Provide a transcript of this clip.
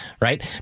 right